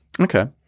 okay